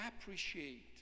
appreciate